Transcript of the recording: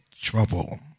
trouble